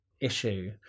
issue